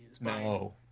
No